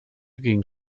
ging